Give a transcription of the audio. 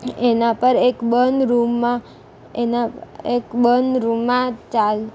એના પર એક બંધ રૂમમાં એના એક બંધ રૂમમાં ચા